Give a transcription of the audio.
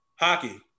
hockey